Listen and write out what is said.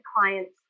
client's